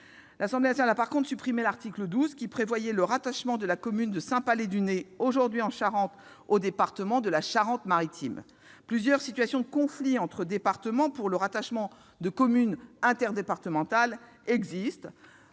L'Assemblée a, en revanche, supprimé l'article 12 prévoyant le rattachement la commune de Saint-Palais-du-Né, aujourd'hui en Charente, au département de la Charente-Maritime. Plusieurs situations de conflit entre départements pour le rattachement de communes nouvelles interdépartementales existent.